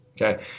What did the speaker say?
okay